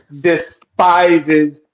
despises